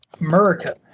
America